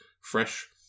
fresh